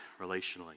relationally